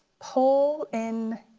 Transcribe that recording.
poll, in,